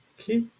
okay